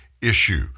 issue